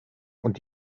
und